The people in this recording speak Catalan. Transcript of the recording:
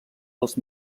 els